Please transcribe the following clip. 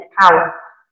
power